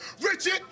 Richard